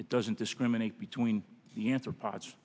it doesn't discriminate between the answer po